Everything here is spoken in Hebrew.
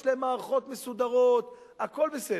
יש להם מערכות מסודרות, הכול בסדר.